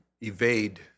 evade